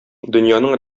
дөньяның